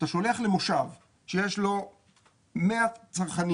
אתה שולח למושב שיש לו 100 צרכנים,